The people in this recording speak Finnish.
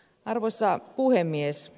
arvoisa puhemies